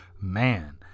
Man